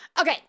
Okay